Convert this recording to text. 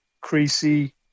Creasy